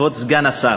כבוד סגן השר,